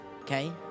Okay